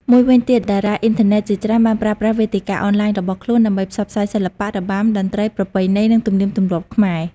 មួយវិញទៀត តារាអុីនធឺណិតជាច្រើនបានប្រើប្រាស់វេទិកាអនឡាញរបស់ខ្លួនដើម្បីផ្សព្វផ្សាយសិល្បៈ របាំ តន្ត្រី ប្រពៃណី និងទំនៀមទម្លាប់ខ្មែរ។